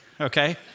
Okay